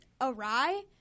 awry